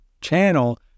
channel